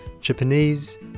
Japanese